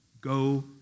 go